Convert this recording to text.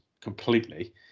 completely